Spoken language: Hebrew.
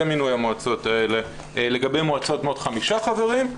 מינוי המועצות האלה לגבי מועצות בנות חמישה חברים.